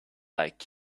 like